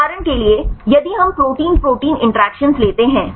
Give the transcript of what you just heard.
उदाहरण के लिए यदि हम प्रोटीन प्रोटीन इंटरैक्शन लेते हैं